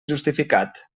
justificat